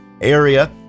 area